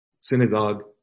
synagogue